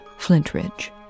Flintridge